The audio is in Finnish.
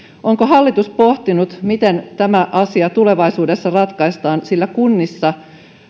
onko hallitus pohtinut miten tämä asia tulevaisuudessa ratkaistaan sillä kunnissa